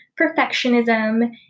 perfectionism